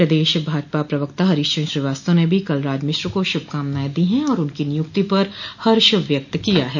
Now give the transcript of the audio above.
प्रदेश भाजपा प्रवक्ता हरीश चन्द्र श्रोवास्तव ने भी कलराज मिश्र को शुभकामनायें दी हैं और उनकी नियुक्ति पर हर्ष व्यक्त किया है